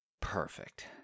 Perfect